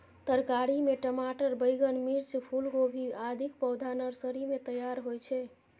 तरकारी मे टमाटर, बैंगन, मिर्च, फूलगोभी, आदिक पौधा नर्सरी मे तैयार होइ छै